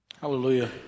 Hallelujah